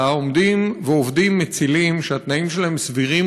עומדים ועובדים מצילים שהתנאים שלהם סבירים,